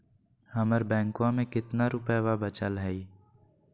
हमर बैंकवा में कितना रूपयवा बचल हई?